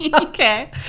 Okay